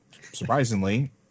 surprisingly